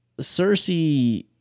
Cersei